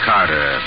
Carter